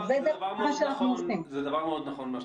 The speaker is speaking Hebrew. זה דבר מאוד נכון.